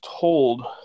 told